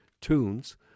tunes